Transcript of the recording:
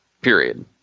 period